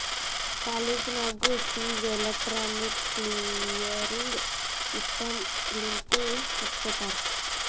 college ನಾಗೂ fees electronic clearing system ಲಿಂತೆ ಕಟ್ಗೊತ್ತಾರ್